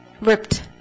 ripped